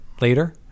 later